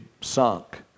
sunk